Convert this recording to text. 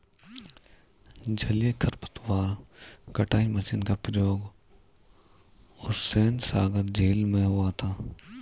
जलीय खरपतवार कटाई मशीन का प्रयोग हुसैनसागर झील में हुआ था